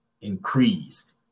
increased